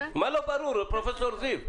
מה לא ברור, פרופ' זיו?